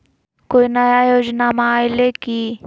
कोइ नया योजनामा आइले की?